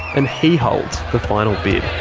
and he holds the final bid.